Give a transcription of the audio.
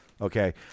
Okay